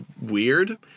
weird